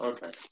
Okay